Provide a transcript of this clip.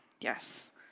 Yes